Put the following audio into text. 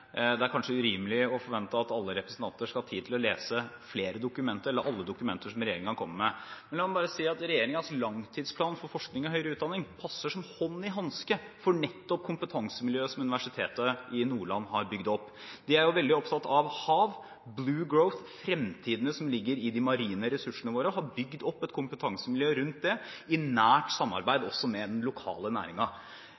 Det er kanskje urimelig å forvente at alle representanter skal ha tid til å lese flere – eller alle – dokumenter som regjeringen kommer med. La meg bare si at regjeringens langtidsplan for forskning og høyere utdanning passer som hånd i hanske til nettopp det kompetansemiljøet som Universitetet i Nordland har bygd opp. De er veldig opptatt av hav – «Blue Growth», mulighetene som ligger i de marine ressursene våre. De har bygd opp et kompetansemiljø rundt dette, i nært samarbeid